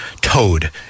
towed